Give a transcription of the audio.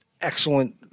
excellent